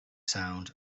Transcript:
sound